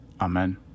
Amen